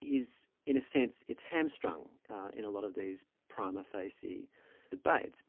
is in a sense, it's hamstrung in a lot of these prima facie debates.